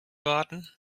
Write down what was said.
warten